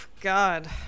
God